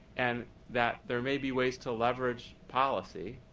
and that there may be ways to leverage policy